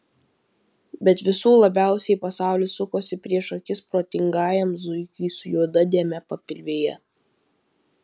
bet visų labiausiai pasaulis sukosi prieš akis protingajam zuikiui su juoda dėme papilvėje